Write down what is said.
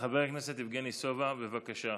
חבר הכנסת יבגני סובה, בבקשה.